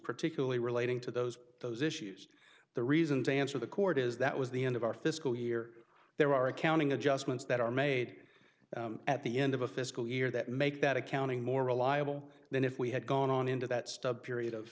particularly relating to those those issues the reason to answer the court is that was the end of our fiscal year there are accounting adjustments that are made at the end of a fiscal year that make that accounting more reliable than if we had gone on into that stub period of